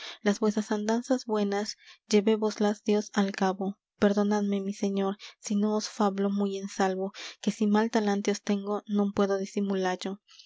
las vuesas andanzas buenas llévevoslas dios al cabo perdonadme mi señor si no os fablo muy en salvo que si mal talante os tengo non puedo disimulallo qué ley